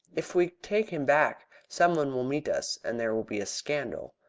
if we take him back, some one will meet us, and there will be a scandal.